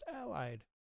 Allied